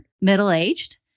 middle-aged